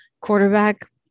quarterback